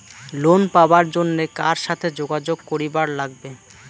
Loan পাবার জন্যে কার সাথে যোগাযোগ করিবার লাগবে?